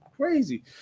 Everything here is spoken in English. crazy